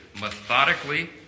methodically